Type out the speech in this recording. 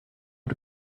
out